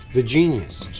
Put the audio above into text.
the genius.